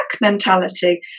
mentality